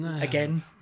again